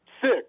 six